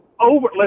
over